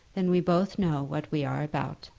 then we both know what we are about.